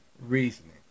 reasoning